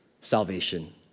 salvation